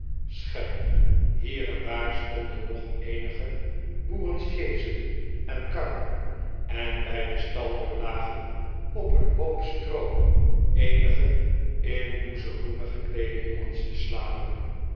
schellen hier en daar stonden nog i eenige boerensjeesen en karren en bij de staldeur lagen op een hoop stroo eenige in boezeroenen gekleede jongens te slapen